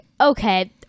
okay